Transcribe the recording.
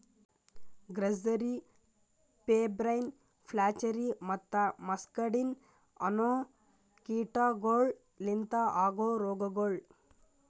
grasserie, pebrine, flacherie ಮತ್ತ muscardine ಅನೋ ಕೀಟಗೊಳ್ ಲಿಂತ ಆಗೋ ರೋಗಗೊಳ್